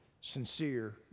sincere